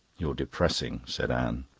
you're depressing, said anne.